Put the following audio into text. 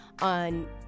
on